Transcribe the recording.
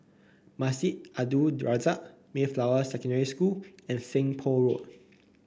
Masjid Al Abdul Razak Mayflower Secondary School and Seng Poh Road